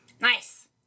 nice